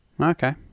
Okay